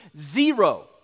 zero